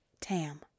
Tam